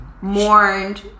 mourned